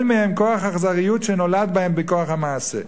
מהם כוח האכזריות שנולד בהם מכוח המעשה.